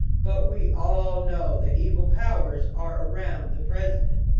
but we all know that evil powers are around the president.